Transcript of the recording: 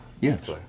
Yes